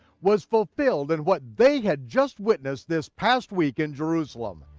was fulfilled and what they had just witnessed this past week in jerusalem.